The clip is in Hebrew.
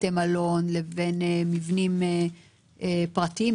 בתי מלון לבין מבנים פרטיים,